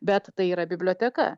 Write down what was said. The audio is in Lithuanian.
bet tai yra biblioteka